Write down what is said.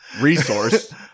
resource